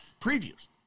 previews